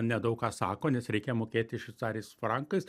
nedaug ką sako nes reikia mokėti šveicarijos frankais